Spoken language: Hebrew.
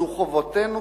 זו חובתנו,